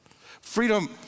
Freedom